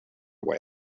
way